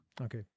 Okay